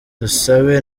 dusabe